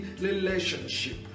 relationship